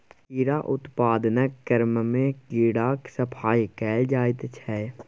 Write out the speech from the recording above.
कीड़ा उत्पादनक क्रममे कीड़ाक सफाई कएल जाइत छै